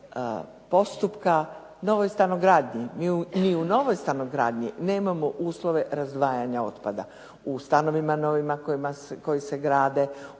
postupka novoj stanogradnji. Mi u novoj stanogradnji nemamo uslove razdvajanja otpada. U stanovima novima koji se grad,